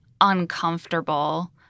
uncomfortable